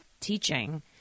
teaching